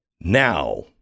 Now